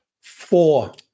four